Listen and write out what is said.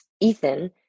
Ethan